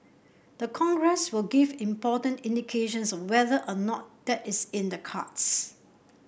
the Congress will give important indications of whether or not that is in the cards